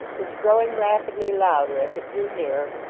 which growing rapidly louder as it drew nearer,